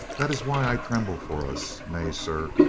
that is why i tremble for us. nay, sir,